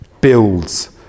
builds